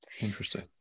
Interesting